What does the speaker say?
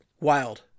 Wild